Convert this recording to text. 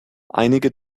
einige